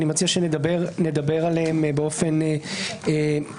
ואני מציע שנדבר על כל אחת מהן באופן סדרתי.